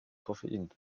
koffein